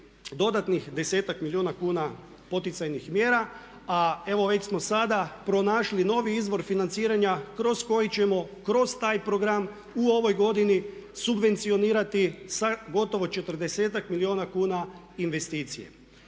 dodatnih 10-tak milijuna kuna poticajnih mjera a evo već smo sada pronašli novi izvor financiranja kroz koji ćemo kroz taj program u ovoj godini subvencionirati sa gotovo 40-tak milijuna kuna investicije.